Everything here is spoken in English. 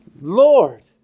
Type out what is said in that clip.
Lord